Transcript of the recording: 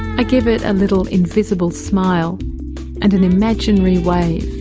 i give it a little invisible smile and an imaginary wave,